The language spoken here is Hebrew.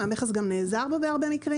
מה גם שהמכס נעזר בו בהרבה מקרים,